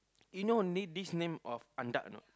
you know only this name of Andak or not